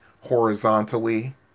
horizontally